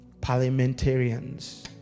parliamentarians